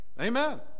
amen